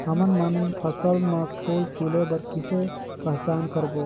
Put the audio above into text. हमन मन फसल म फूल खिले बर किसे पहचान करबो?